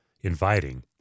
inviting